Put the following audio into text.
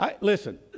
Listen